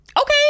Okay